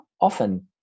often